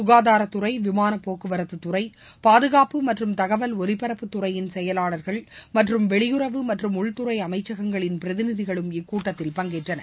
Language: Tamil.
சுனதாரத்துறை விமானப்போக்குவரத்து துறை பாதுகாப்பு மற்றும் தகவல் ஒலிபரப்புத்துறையின் செயலாளர்கள் மற்றம் வெளியுறவு மற்றம் உள்துறை அமைச்சகங்களின் பிரதிநிதிகளும் இக்கூட்டத்தில் பங்கேற்றனர்